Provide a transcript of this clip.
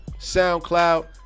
SoundCloud